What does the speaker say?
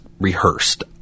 rehearsed